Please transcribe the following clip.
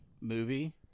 movie